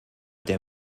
der